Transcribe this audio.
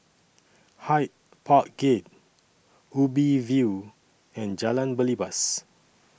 Hyde Park Gate Ubi View and Jalan Belibas